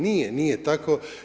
Nije, nije tako.